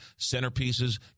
Centerpieces